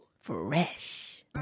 Fresh